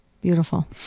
beautiful